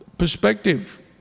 Perspective